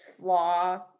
flaw